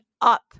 up